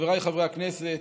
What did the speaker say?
חבריי חברי הכנסת,